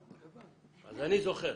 אז אני זוכר.